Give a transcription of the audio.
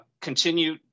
continue